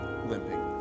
limping